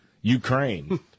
Ukraine